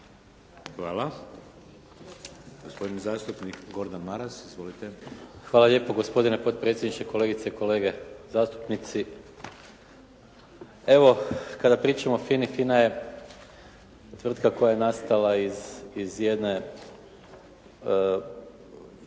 Hvala. Gospodin zastupnik Gordan Maras. Izvolite. **Maras, Gordan (SDP)** Hvala lijepo gospodine potpredsjedniče, kolegice i kolege zastupnici. Evo kada pričamo o FINA-i, FINA je tvrtka koja je nastala iz jedne,